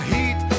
Heat